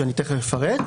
שאני תיכף אפרט,